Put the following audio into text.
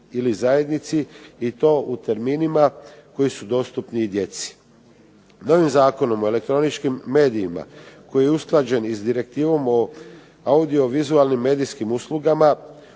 ili zajednici i to u terminima koji su dostupni i djeci. Novim Zakonom o elektroničkim medijima koji je usklađen i s Direktivom o audiovizualnim medijskim uslugama